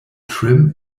trim